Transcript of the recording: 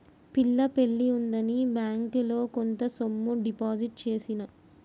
పిల్ల పెళ్లి ఉందని బ్యేంకిలో కొంత సొమ్ము డిపాజిట్ చేసిన